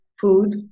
Food